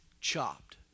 chopped